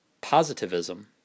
Positivism